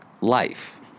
life